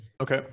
Okay